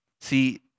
See